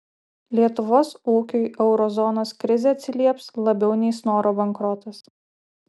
lietuvos ūkiui euro zonos krizė atsilieps labiau nei snoro bankrotas